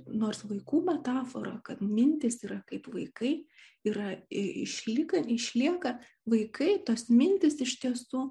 nors vaikų metafora kad mintys yra kaip vaikai yra išlikę išlieka vaikai tos mintys iš tiesų